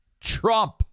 Trump